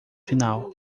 final